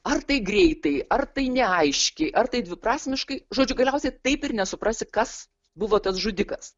ar tai greitai ar tai neaiškiai ar tai dviprasmiškai žodžiu galiausiai taip ir nesuprasi kas buvo tas žudikas